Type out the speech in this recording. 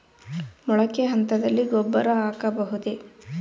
ಮೊಳಕೆ ಹಂತದಲ್ಲಿ ಗೊಬ್ಬರ ಹಾಕಬಹುದೇ?